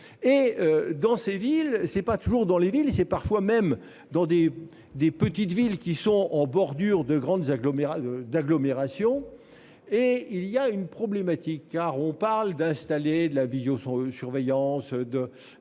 et dans ces villes, ce n'est pas toujours dans les villes c'est parfois même dans des des petites villes qui sont en bordure de grandes agglomérations d'agglomération et il y a une problématique car on parle d'installer la Wii sans surveillance de.